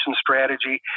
strategy